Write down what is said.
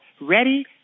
Ready